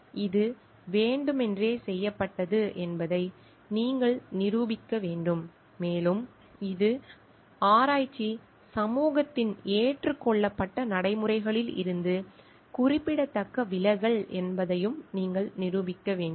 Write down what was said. இது வேண்டுமென்றே செய்யப்பட்டது என்பதை நீங்கள் நிரூபிக்க வேண்டும் மேலும் இது ஆராய்ச்சி சமூகத்தின் ஏற்றுக்கொள்ளப்பட்ட நடைமுறைகளிலிருந்து குறிப்பிடத்தக்க விலகல் என்பதையும் நீங்கள் நிரூபிக்க வேண்டும்